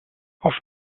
auf